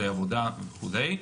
כלי עבודה וכולי.